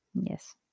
Yes